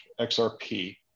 XRP